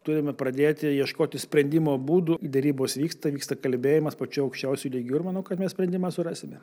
turime pradėti ieškoti sprendimo būdų derybos vyksta vyksta kalbėjimas pačiu aukščiausiu lygiu ir manau kad mes sprendimą surasime